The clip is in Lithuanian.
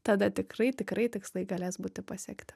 tada tikrai tikrai tikslai galės būti pasiekti